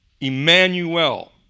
Emmanuel